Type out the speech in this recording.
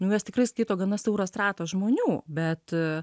nu mes tikrais skaito gana siauras ratas žmonių bet a